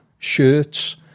shirts